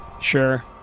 Sure